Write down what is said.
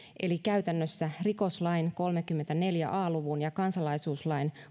eli käytännössä rikoslain kolmekymmentäneljä a luvun ja kansalaisuuslain